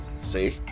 see